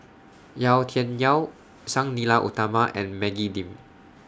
Yau Tian Yau Sang Nila Utama and Maggie Lim